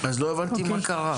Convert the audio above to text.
אז לא הבנתי מה קרה?